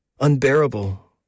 unbearable